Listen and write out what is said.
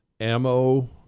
ammo